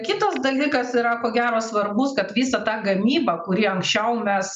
kitas dalykas yra ko gero svarbus kad visa ta gamyba kuri anksčiau mes